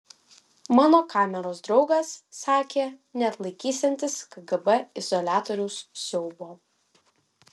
mano kameros draugas sakė neatlaikysiantis kgb izoliatoriaus siaubo